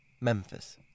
Memphis